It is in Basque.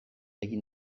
egin